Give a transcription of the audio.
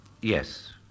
Yes